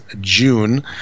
June